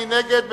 מי נגד?